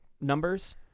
numbers